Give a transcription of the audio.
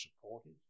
supported